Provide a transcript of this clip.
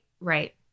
right